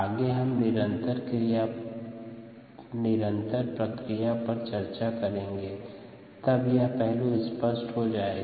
आगे जब हम निरंतर प्रक्रिया पर चर्चा करेंगे तब यह पहलू स्पष्ट हो जाएगा